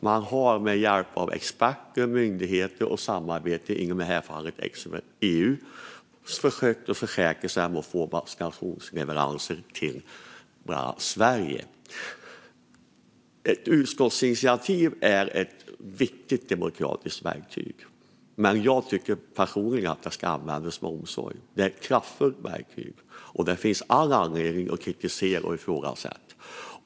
Man har med hjälp av experter, myndigheter och i detta fall samarbete inom EU försökt försäkra sig om att få vaccinleveranser till bland annat Sverige. Ett utskottsinitiativ är ett viktigt demokratiskt verktyg. Men jag tycker personligen att det ska användas med omsorg, för det är ett kraftfullt verktyg. Det finns all anledning att kritisera och ifrågasätta.